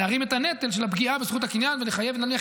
להרים את הנטל של הפגיעה בזכות הקניין ולחייב נניח